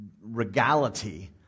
regality